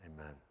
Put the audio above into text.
Amen